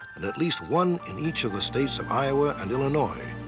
and at least one in each of the states of iowa and illinois,